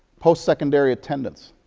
post-secondary attendance.